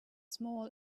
small